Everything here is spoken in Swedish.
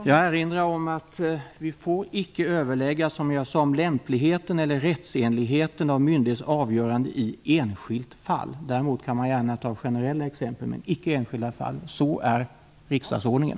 Jag erinrar om att vi, som jag sade, icke får överlägga om lämpligheten eller rättsenligheten av myndighets avgörande i enskilt fall. Däremot kan man gärna ta upp generella exempel, men icke enskilda fall. Så är riksdagsordningen.